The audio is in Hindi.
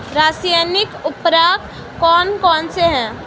रासायनिक उर्वरक कौन कौनसे हैं?